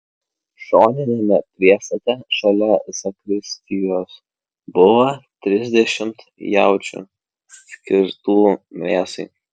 šoniniame priestate šalia zakristijos buvo trisdešimt jaučių skirtų mėsai